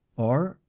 or,